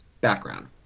background